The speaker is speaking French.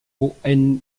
hohenlohe